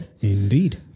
Indeed